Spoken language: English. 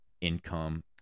income